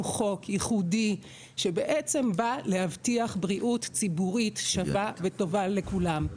חוק ייחודי שבעצם בא להבטיח בריאות ציבורית שווה וטובה לכולם.